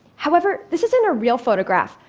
however, this isn't a real photograph,